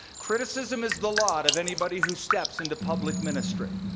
criticism is the lot of anybody who steps into public ministry.